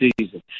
season